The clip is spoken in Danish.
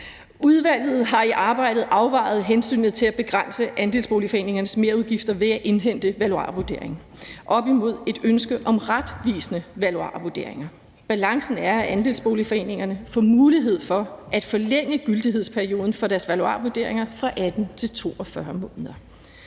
Udvalget har i arbejdet vejet hensynet til at begrænse andelsboligforeningernes merudgifter ved at indhente valuarvurdering op imod et ønske om retvisende valuarvurderinger. Balancen er, at andelsboligforeningerne får mulighed for at forlænge gyldighedsperioden for deres valuarvurderinger fra 18 til 42 måneder.